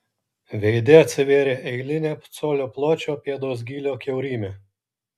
veide atsivėrė eilinė colio pločio pėdos gylio kiaurymė